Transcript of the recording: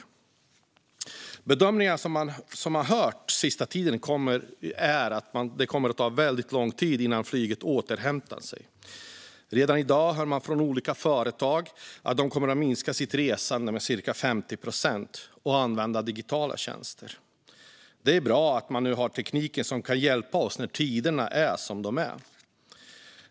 Den bedömning som har hörts den senaste tiden är att det kommer att ta väldigt lång tid innan flyget återhämtat sig. Redan i dag hör man från olika företag att de kommer att minska sitt resande med cirka 50 procent och använda digitala tjänster. Det är bra att det nu finns teknik som kan hjälpa oss när tiderna är som de är.